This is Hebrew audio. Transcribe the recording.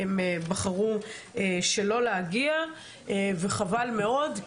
הם בחרו שלא להגיע וחבל מאוד,